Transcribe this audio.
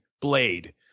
Blade